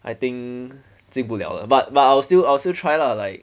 I think 进不 liao 的 but but I will still I will still try lah like